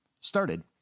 started